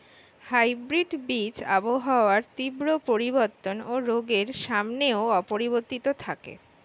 hybrid বীজ আবহাওয়ার তীব্র পরিবর্তন ও রোগের সামনেও অপরিবর্তিত থাকে